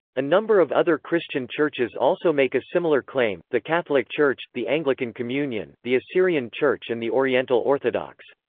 a number of other christian churches also make a similar claim the catholic church, the anglican communion, the assyrian church and the oriental orthodox.